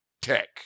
tech